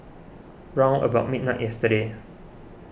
round about midnight yesterday